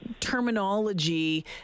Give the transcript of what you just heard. terminology